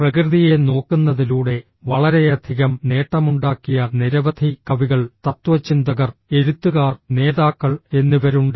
പ്രകൃതിയെ നോക്കുന്നതിലൂടെ വളരെയധികം നേട്ടമുണ്ടാക്കിയ നിരവധി കവികൾ തത്ത്വചിന്തകർ എഴുത്തുകാർ നേതാക്കൾ എന്നിവരുണ്ട്